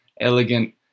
elegant